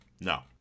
No